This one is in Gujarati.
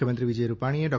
મુખ્યમંત્રી વિજય રૂપાણીએ ડો